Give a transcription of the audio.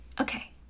okay